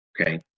okay